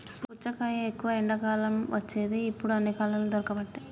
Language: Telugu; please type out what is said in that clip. పుచ్చకాయ ఎక్కువ ఎండాకాలం వచ్చేది ఇప్పుడు అన్ని కాలాలల్ల దొరుకబట్టె